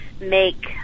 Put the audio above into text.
make